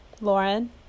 lauren